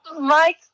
Mike